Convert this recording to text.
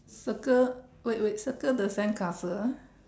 circle wait wait circle the sand castle